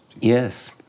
Yes